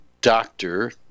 doctor